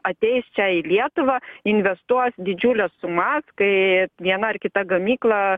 ateis čia į lietuvą investuos didžiules sumas kai viena ar kita gamykla